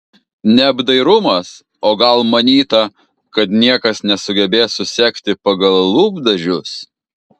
neapdairumas o gal manyta kad niekas nesugebės susekti pagal lūpdažius